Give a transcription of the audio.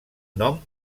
nom